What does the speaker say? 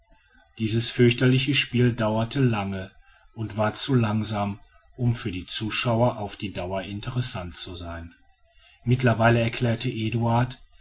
dieses fürchterliche spiel dauerte lange und war zu langsam um für die zuschauer auf die dauer interessant zu sein mittlerweile erklärte eduard